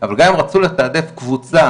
אבל גם אם רצו לתעדף קבוצה,